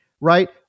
right